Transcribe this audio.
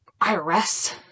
IRS